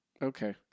Okay